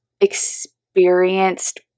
experienced